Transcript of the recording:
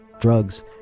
Drugs